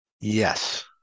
Yes